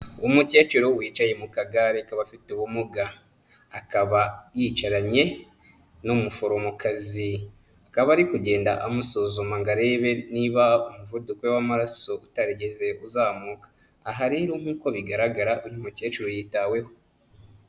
Umukecuru wicaye mu kagare k'abafite ubumuga, akaba yicaranye n'umuforomokazi, akaba ari kugenda amusuzuma ngo arebe niba umuvuduko we w'amaraso utarigeze uzamuka. Aha rero nk'uko bigaragara uyu mukecuru yitaweho.